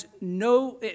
no